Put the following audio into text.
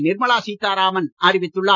நிர்மலா சீதாராமன் அறிவித்துள்ளார்